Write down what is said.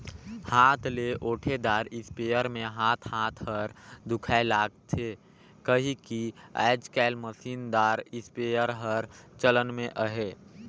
हाथ ले ओटे दार इस्पेयर मे हाथ हाथ हर दुखाए लगथे कहिके आएज काएल मसीन दार इस्पेयर हर चलन मे अहे